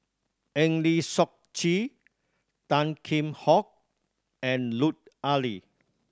Eng Lee Seok Chee Tan Kheam Hock and Lut Ali